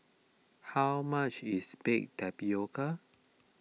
how much is Baked Tapioca